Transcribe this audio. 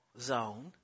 zone